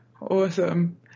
awesome